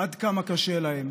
עד כמה קשה להם,